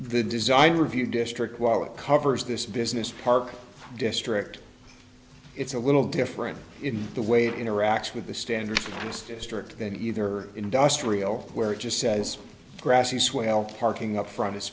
the design review district while it covers this business park district it's a little different in the way it interacts with the standard district than either industrial where it just says grassy swale parking upfront is